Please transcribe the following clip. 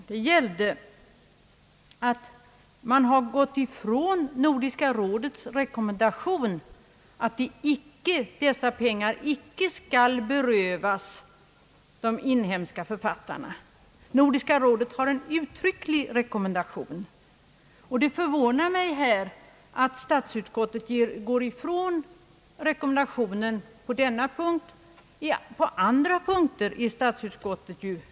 Frågan nu gäller att man har gått ifrån Nordiska rådets rekommendation att dessa pengar icke skall berövas de inhemska författarna. Nordiska rådet har en uttrycklig rekommendation, och det förvånar mig att statsutskottet går ifrån rekommendationen på denna punkt.